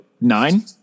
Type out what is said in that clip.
nine